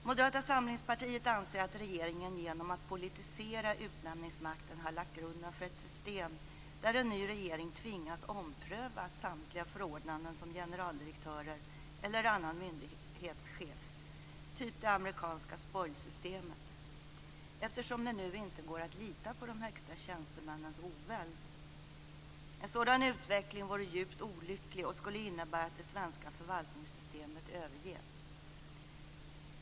Moderata samlingspartiet anser att regeringen genom att politisera utnämningsmakten har lagt grunden för ett system där en ny regering tvingas ompröva samtliga förordnanden som generaldirektörer eller andra myndighetschefer - ungefär som det amerikanska spoil-systemet - eftersom det nu inte går att lita på de högsta tjänstemännens oväld. En sådan utveckling vore djupt olycklig och skulle innebära att det svenska förvaltningssystemet överges.